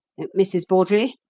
mrs. bawdrey,